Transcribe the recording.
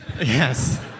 Yes